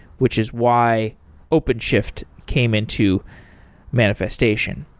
which is why openshift came into manifestation.